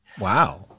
Wow